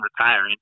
retiring